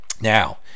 Now